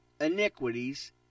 iniquities